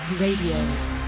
Radio